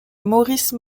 maurice